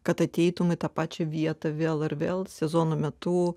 kad ateitumei į tą pačią vietą vėl ar vėl sezono metu